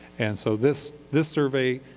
and so this this survey,